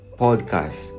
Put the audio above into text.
podcast